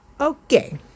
Okay